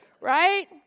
right